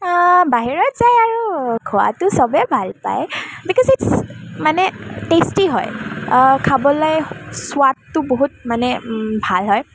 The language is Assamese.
বাহিৰত যাই আৰু খোৱাটো সবেই ভাল পায় বিক'জ ইট্ছ মানে টেষ্টি হয় খাবলৈ সোৱাদটো বহুত মানে ভাল হয়